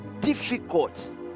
difficult